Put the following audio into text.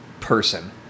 person